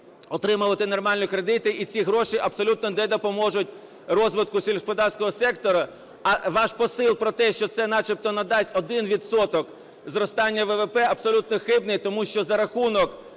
отримувати нормальні кредити. І ці гроші абсолютно не допоможуть розвитку сільськогосподарського сектору. А ваш посил про те, що це начебто надасть 1 відсоток зростання ВВП, абсолютно хибний, тому що за рахунок